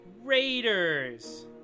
Raiders